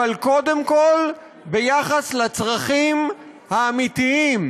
אבל קודם כול, ביחס לצרכים האמיתיים,